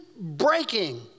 breaking